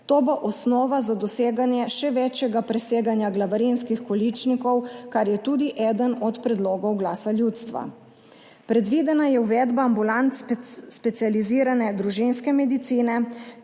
To bo osnova za doseganje še večjega preseganja glavarinskih količnikov, kar je tudi eden od predlogov Glasu ljudstva. Predvidena je uvedba ambulant specializirane družinske medicine.